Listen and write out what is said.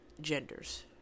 genders